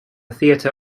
theatre